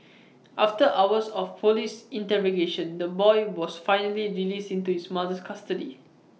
after hours of Police interrogation the boy was finally released into his mother's custody